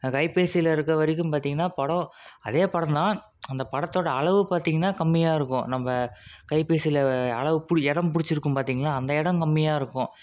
அந்த கைபேசியில் இருக்கிறவரைக்கும் பார்த்திங்கன்னா படம் அதே படம் தான் அந்த படத்தோடயா அளவு பார்த்திங்கன்னா கம்மியாக இருக்கும் நம்ம கைபேசியில் அளவு பிடிஇடம் பிடிச்சிருக்கும் பார்த்திங்கன்னா அந்த இடம் கம்மியாக இருக்கும்